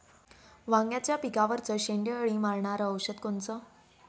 वांग्याच्या पिकावरचं शेंडे अळी मारनारं औषध कोनचं?